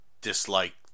dislike